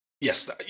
Yes